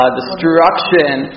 destruction